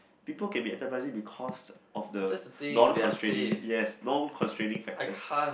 people can be enterprising because of the non constraining yes non constraining factors